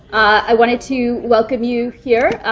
i wanted to welcome you here.